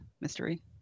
mystery